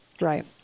Right